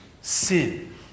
sin